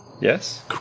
Yes